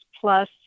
Plus